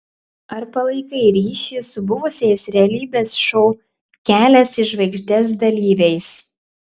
ar palaikai ryšį su buvusiais realybės šou kelias į žvaigždes dalyviais